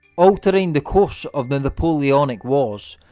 altering the course of the napoleonic wars,